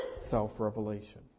self-revelation